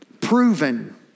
proven